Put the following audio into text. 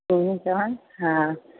room चवानि हा